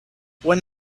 when